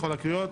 בכל הקריאות.